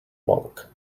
monk